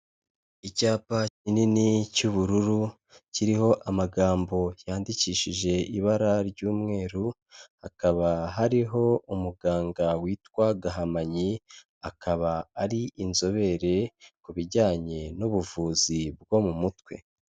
Icyapa kinini cy'ubururu kiriho amagambo yandikishije ibara ry'umweru, hakaba hariho umuganga witwa Gahamanyi akaba ari inzobere ku bijyanye n'ubuvuzi bwo mu mutwe.